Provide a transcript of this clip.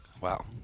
Wow